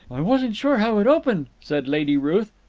i wasn't sure how it opened, said lady ruth,